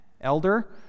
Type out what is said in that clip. Elder